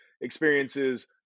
experiences